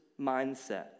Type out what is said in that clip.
mindset